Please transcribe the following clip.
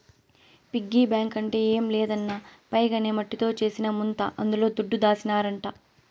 piggy bank అంటే ఏం లేదన్నా పైగ్ అనే మట్టితో చేసిన ముంత అందుల దుడ్డు దాసినారంట